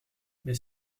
mais